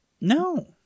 No